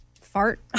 fart